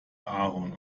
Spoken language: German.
aaron